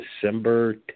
December